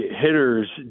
hitters